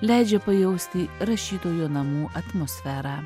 leidžia pajausti rašytojo namų atmosferą